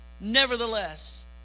nevertheless